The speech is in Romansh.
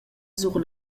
sur